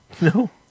no